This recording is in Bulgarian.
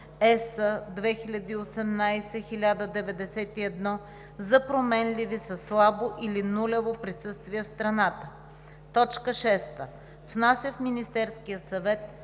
(ЕС) 2018/1091 за променливи със слабо или нулево присъствие в страната; 6. внася в Министерския съвет